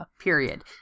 period